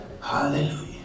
Hallelujah